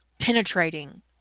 penetrating